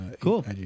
Cool